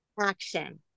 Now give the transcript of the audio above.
action